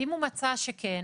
אם הוא מצא שכן,